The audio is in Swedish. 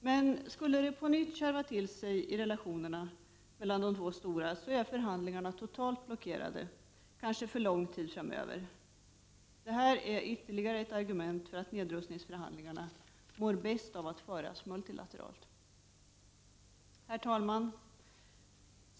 Men skulle det på nytt kärva till sig i relationerna mellan de två stora, är förhandlingarna totalt blockerade, kanske för lång tid framöver. Det är ytterligare ett argument för att nedrustningsförhandlingar mår bäst av att föras multilateralt. Fru talman!